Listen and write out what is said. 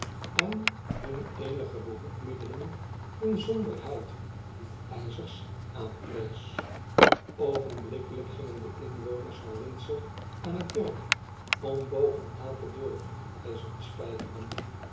en hun eenige behoedmiddelen inzonderheid hoefrjzers aanprees oogenblikkelijk gingen de inwoners van windsor aan het werk om boven elke deur een hoeftjzer te spykeren